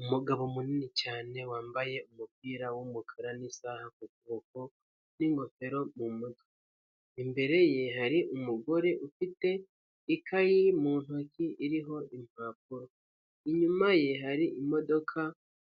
Umugabo munini cyane wambaye umupira w'umukara n'isaha ku kuboko, n'ingofero mu mutwe, imbere ye hari umugore ufite ikayi mu ntoki iriho impapuro, inyuma ye hari imodoka